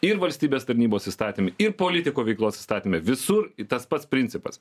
ir valstybės tarnybos įstatyme ir politiko veiklos įstatyme visur tas pats principas